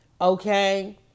Okay